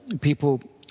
people